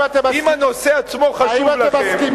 אם הנושא עצמו חשוב לכם,